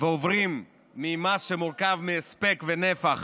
ועוברים ממס שמורכב מהספק ונפח